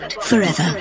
Forever